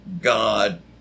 God